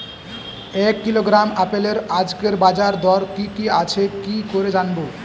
এক কিলোগ্রাম আপেলের আজকের বাজার দর কি কি আছে কি করে জানবো?